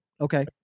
Okay